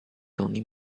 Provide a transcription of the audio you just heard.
tony